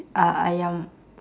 uh ayam